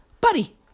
buddy